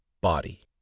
Body